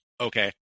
okay